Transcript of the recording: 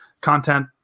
content